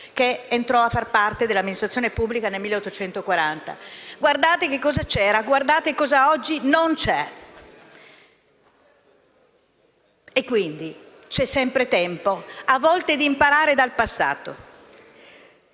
che entrò a far parte dell'amministrazione pubblica nel 1840. Guardate cosa c'era e guardate cosa oggi non c'è. C'è sempre tempo, a volte, d'imparare dal passato.